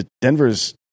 Denver's